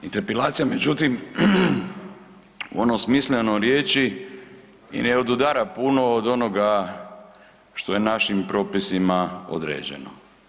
Interpelacija međutim u onom smislenom riječi i ne odudara puno od onoga što je našim propisima određeno.